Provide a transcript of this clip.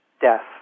death